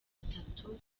atatu